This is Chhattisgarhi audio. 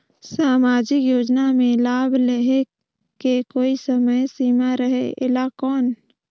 समाजिक योजना मे लाभ लहे के कोई समय सीमा रहे एला कौन?